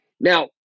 Now